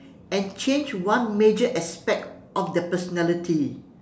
and change one major aspect of their personality